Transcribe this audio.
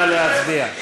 נא להצביע.